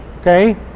okay